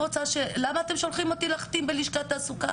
למה אתם שולחים אותי להחתים בלשכת התעסוקה?